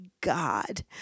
God